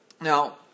now